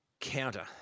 counter